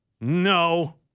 no